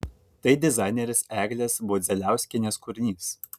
tai dizainerės eglės modzeliauskienės kūrinys